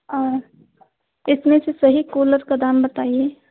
और इसमें से सही कूलर का दाम बताइए